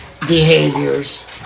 behaviors